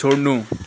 छोड्नु